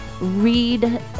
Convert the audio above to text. Read